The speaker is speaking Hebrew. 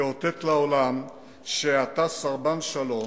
תאותת לעולם שאתה סרבן שלום